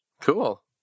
cool